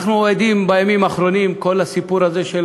אנחנו עדים בימים האחרונים, כל הסיפור הזה של